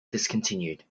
discontinued